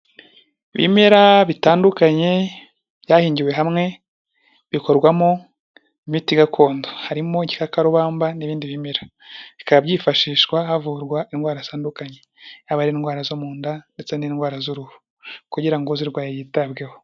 Ibimera bitandukanye byahigiwe hamwe bikorwamo imiti gakondo, harimo igikakarubamba n'ibindi bimera bikaba, byifashishwa havurwa indwara zitandukanye haba indwara zo mu nda, ndetse n'indwara z'uruhu kugira ngo uzirwaye yitabweho.